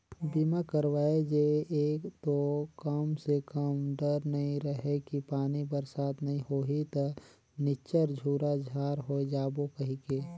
बीमा करवाय जे ये तो कम से कम डर नइ रहें कि पानी बरसात नइ होही त निच्चर झूरा झार होय जाबो कहिके